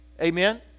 Amen